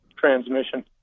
transmission